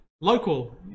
local